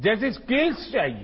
जैसी स्किल चाहिए